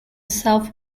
south